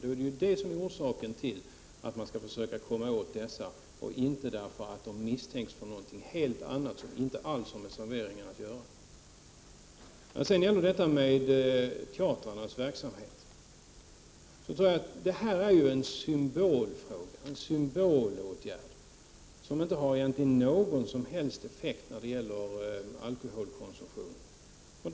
Då är det orsaken till att man försöker komma åt dessa, inte att de misstänks för någonting helt annat, som inte alls har med serveringen att göra. Alkoholservering vid teatrarna är en symbolfråga, som egentligen inte har någon som helst effekt på alkoholkonsumtionen.